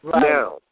Now